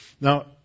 Now